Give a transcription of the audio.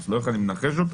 אנחנו לא יכולים לנחש אותה.